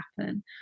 happen